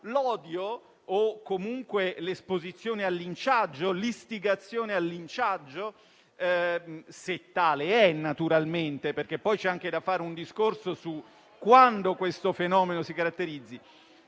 l'odio o comunque l'istigazione al linciaggio - se tale è, naturalmente, perché poi c'è anche da fare un discorso su quando questo fenomeno si caratterizzi